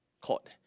caught